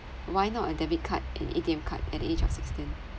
why not a debit card and A_T_M card at the age of sixteen